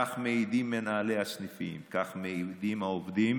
כך מעידים מנהלי הסניפים, כך מעידים העובדים